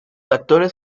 actores